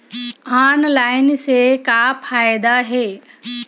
Online से का फ़ायदा हे?